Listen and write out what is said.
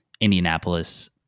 Indianapolis